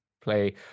play